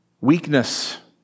weakness